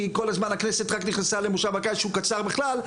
כי כל הזמן הכנסת רק נכנסה למושב הקיץ שהוא קצר בכלל,